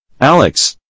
Alex